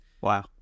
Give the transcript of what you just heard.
Wow